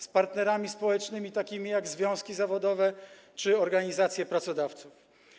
Z partnerami społecznymi takimi jak związki zawodowe czy organizacje pracodawców.